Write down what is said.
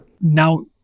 Now